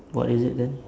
what is it then